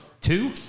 Two